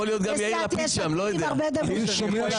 ביש עתיד יש הרבה דמוקרטיה.